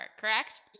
correct